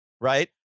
right